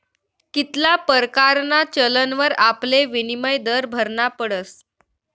कित्ला परकारना चलनवर आपले विनिमय दर भरना पडस